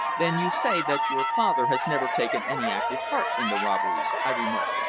then you say that your father has never taken any active part in the robberies? i remarked.